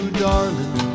darling